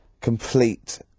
complete